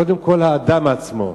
קודם כול האדם עצמו.